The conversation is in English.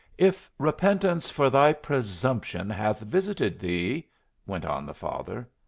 if repentance for thy presumption hath visited thee went on the father.